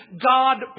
God